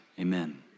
Amen